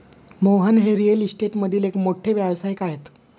Mohan real रिअल इस्टेटमधील एक मोठे व्यावसायिक आहेत